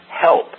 help